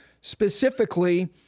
specifically